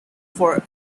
for